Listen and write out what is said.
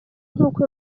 nk’uko